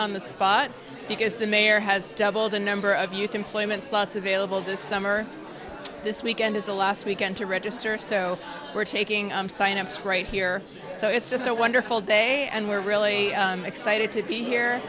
on the spot because the mayor has doubled the number of youth employment slots available this summer this weekend is the last weekend to register so we're taking sign ups right here so it's just a wonderful day and we're really excited to be here